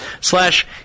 slash